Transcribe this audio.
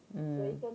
嗯